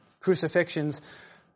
crucifixions